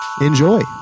enjoy